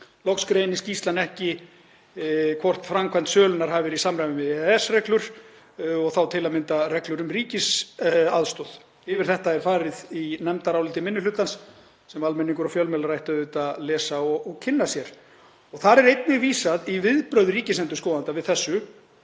ekki greint í skýrslunni hvort framkvæmd sölunnar hafi verið í samræmi við EES-reglur, til að mynda reglur um ríkisaðstoð. Yfir þetta er farið í nefndaráliti minni hlutans, sem almenningur og fjölmiðlar ættu auðvitað að lesa og kynna sér. Þar er einnig vísað í viðbrögð ríkisendurskoðanda við þessu